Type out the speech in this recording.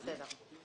בסדר.